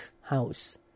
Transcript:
house